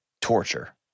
torture